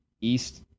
east